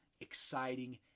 exciting